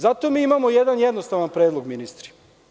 Zato mi imamo jedan jednostavan predlog ministrima.